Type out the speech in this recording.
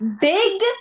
Big—